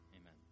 Amen